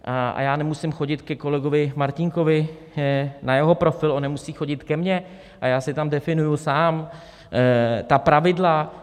A já nemusím chodit ke kolegovi Martínkovi na jeho profil, on nemusí chodit ke mně a já si tam definuji sám ta pravidla.